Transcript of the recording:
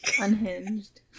Unhinged